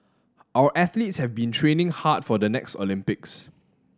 our athletes have been training hard for the next Olympics